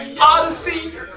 Odyssey